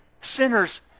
sinners